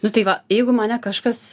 nu tai va jeigu mane kažkas